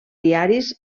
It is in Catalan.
diaris